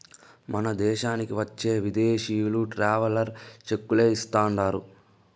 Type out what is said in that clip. మన దేశానికి వచ్చే విదేశీయులు ట్రావెలర్ చెక్కులే ఇస్తాండారు